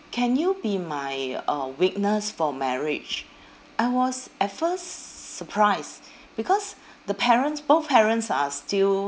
can you be my uh witness for marriage I was at first surprised because the parents both parents are still